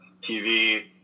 TV